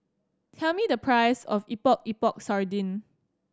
tell me the price of Epok Epok Sardin